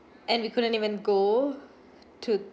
and we couldn't even go to